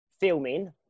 filming